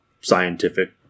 scientific